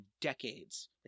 decades